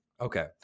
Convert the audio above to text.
Okay